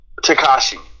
Takashi